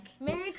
Merry